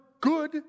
good